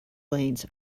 lanes